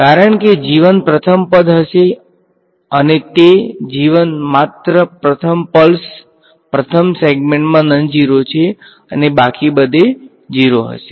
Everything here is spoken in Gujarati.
કારણ કે પ્રથમ પદ હશે અને તે માત્ર પ્રથમ પલ્સ પ્રથમ સેગમેન્ટમાં નોનઝીરો છે અને બાકી બધે 0 હશે